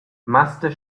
master